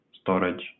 storage